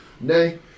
Nay